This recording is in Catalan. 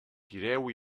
tireu